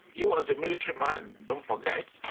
he was a military man, don't forget.